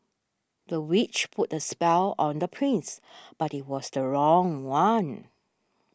the witch put a spell on the prince but it was the wrong one